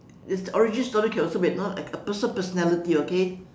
is the origin story also can be like you know a person~ personality okay